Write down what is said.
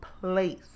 place